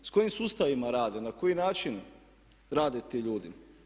S kojim sustavima rade, na koji način rade ti ljudi?